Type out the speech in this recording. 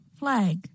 flag